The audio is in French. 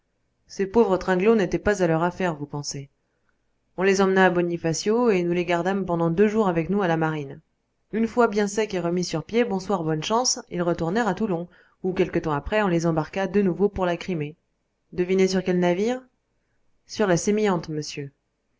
ces pauvres tringlos n'étaient pas à leur affaire vous pensez on les emmena à bonifacio et nous les gardâmes pendant deux jours avec nous à la marine une fois bien secs et remis sur pied bonsoir bonne chance ils retournèrent à toulon où quelque temps après on les embarqua de nouveau pour la crimée devinez sur quel navire sur la sémillante monsieur